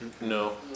no